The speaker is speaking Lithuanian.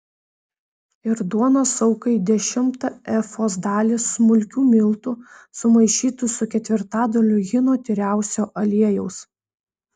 ir duonos aukai dešimtą efos dalį smulkių miltų sumaišytų su ketvirtadaliu hino tyriausio aliejaus